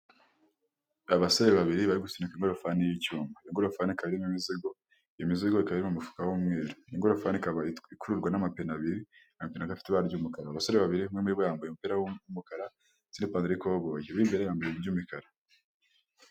Abasore babiri bari gusunika ingorofani y'icyuma, ingorofani ikaba iriho imizigo, imizigo ikaba iri mu mufuka w'umweru, ingorofani ikaba ikururwa n'amapine abiri ikaba ifite amabara y'umukara. Abasore babiri umwe yambaye umupira w'umukara ndetse n'ipantaro y'ikoboyi undi uri imbere yambaye iby'umukara.